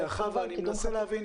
אני מנסה להבין.